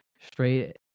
straight